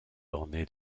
ornées